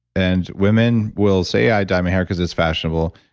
and women will say i dye hair because it's fashionable.